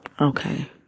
okay